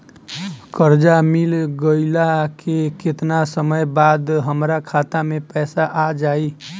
कर्जा मिल गईला के केतना समय बाद हमरा खाता मे पैसा आ जायी?